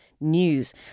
news